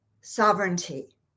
sovereignty